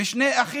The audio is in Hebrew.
ואת שני אחיה.